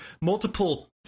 multiple